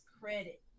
credit